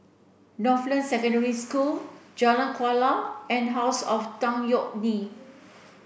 Northland Secondary School Jalan Kuala and House of Tan Yeok Nee